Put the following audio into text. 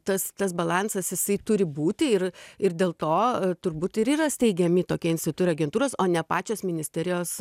tas tas balansas jisai turi būti ir ir dėl to turbūt ir yra steigiami tokie insitu ir agentūros o ne pačios ministerijos